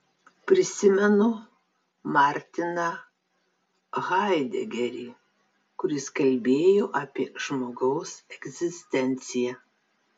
prisimenu martiną haidegerį kuris kalbėjo apie žmogaus egzistenciją